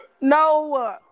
No